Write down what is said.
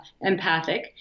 empathic